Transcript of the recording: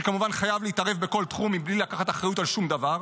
שכמובן חייב להתערב בכל תחום בלי לקחת אחריות על שום דבר,